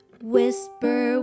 Whisper